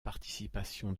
participation